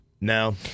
No